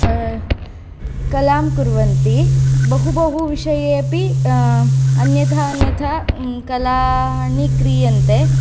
कलां कुर्वन्ति बहु बहु विषये अपि अन्यथा अन्यथा कलाः क्रियन्ते